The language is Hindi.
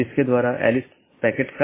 BGP के साथ ये चार प्रकार के पैकेट हैं